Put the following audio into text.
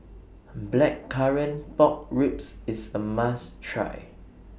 Blackcurrant Pork Ribs IS A must Try